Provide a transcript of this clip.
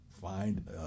find